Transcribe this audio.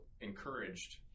encouraged